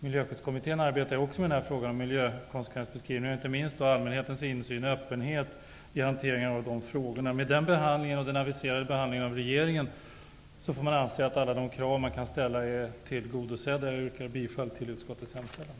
Miljöskyddskommitte n arbetar också med frågan om miljökonsekvensbeskrivningar, inte minst vad gäller allmänhetens insyn och öppenheten i hanteringen av dessa frågor. Med den behandlingen och den av regeringen aviserade behandlingen får man anse att alla de krav som kan ställas är tillgodosedda. Herr talman! Jag yrkar bifall till utskottets hemställan.